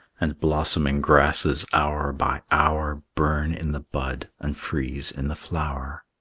and blossoming grasses hour by hour burn in the bud and freeze in the flower.